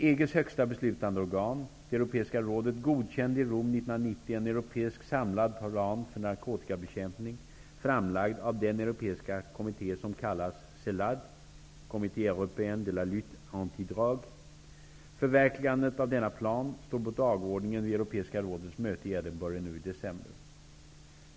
EG:s högsta beslutande organ, det Europeiska rådet godkände i Rom 1990 en europeisk samlad plan för narkotikabekämpningen, framlagd av den europeiska kommitté som kallas CELAD (Comité Förverkligandet av denna plan står på dagordningen vid Europeiska rådets möte i Edinburgh nu i december.